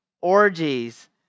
orgies